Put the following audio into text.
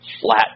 flat